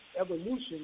evolution